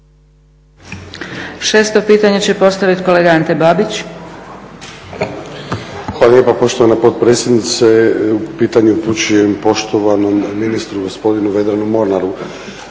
6.pitanje će postaviti kolega Ante Babić. **Babić, Ante (HDZ)** Hvala lijepa poštovana potpredsjednice. Pitanje upućujem poštovanom ministru gospodinu Vedranu Mornaru.